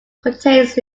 contains